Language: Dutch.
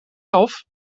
elf